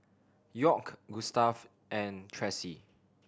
York Gustave and Tressie